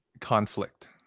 Conflict